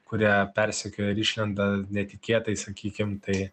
kurie persekioja išlenda netikėtai sakykim tai